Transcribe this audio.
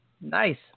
Nice